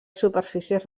superfícies